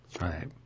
Right